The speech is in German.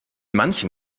manchen